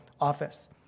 office